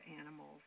animals